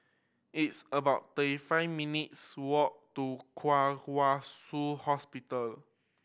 it is about thirty five minutes' walk to Kwong Wai Shiu Hospital